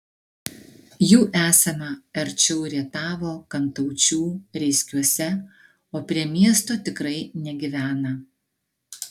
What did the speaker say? jų esama arčiau rietavo kantaučių reiskiuose o prie miesto tikrai negyvena